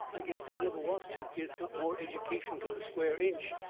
i guess they never was two kids got more education to the square inch,